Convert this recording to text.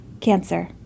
Cancer